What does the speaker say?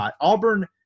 Auburn